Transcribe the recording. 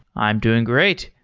i'm doing great.